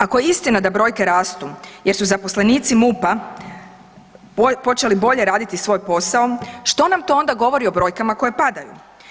Ako je istina da brojke rastu jer su zaposlenici MUP-a počeli bolje raditi svoj posao, što nam to onda govori o brojkama koje padaju?